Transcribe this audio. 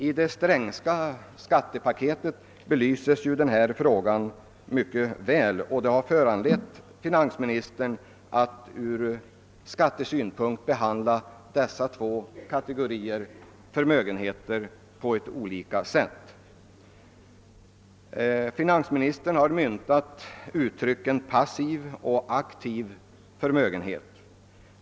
I det Strängska skattepaketet belystes den här frågan mycket väl, och det har föranlett finansministern att från skattesynpunkt behandla dessa två kategorier av förmögenhet på olika sätt. Det tycks dessutom råda en principiell enighet här i riksdagen om denna syn. Finansministern har myntat uttrycken passiv och aktiv förmögenhet.